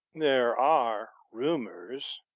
there are rumours,